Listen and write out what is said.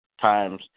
times